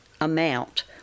amount